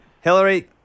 Hillary